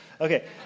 Okay